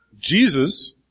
Jesus